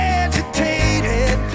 agitated